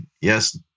yes